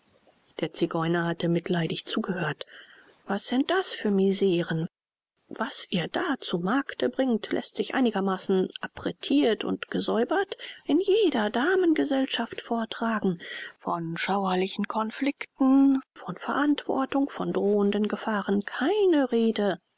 der zigeuner hatte mitleidig zugehört was sind das für miseren was ihr da zu markte bringt läßt sich einigermaßen apretirt und gesäubert in jeder damengesellschaft vortragen von schauerlichen conflicten von verantwortung von drohenden gefahren keine rede